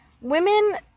women